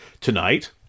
tonight